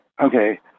Okay